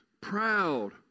Proud